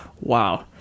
Wow